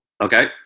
Okay